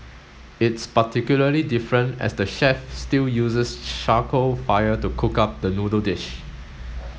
it's particularly different as the chef still uses charcoal fire to cook up the noodle dish